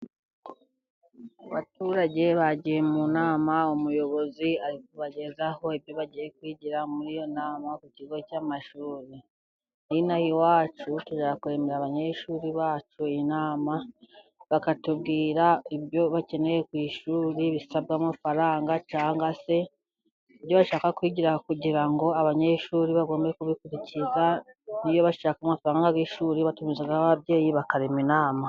abaturage bagiye mu nama umuyobozi ari kubagezaho ibyo bagiye kwigira muri iyo nama ku kigo cy'amashuri, iwacu tuza kuremera abanyeshuri bacu inama nabo bakatubwira ibyo bakeneye ku ishuri bisabwa amafaranga cyangwa se ibyo bashaka kwigira kugira ngo abanyeshuri bajye bakurikiza bashaka amafaranga y'ishuri batumaho ababyeyi bakarema inama.